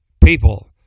People